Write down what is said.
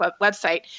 website